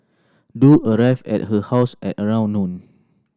Du arrived at her house at around noon